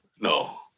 No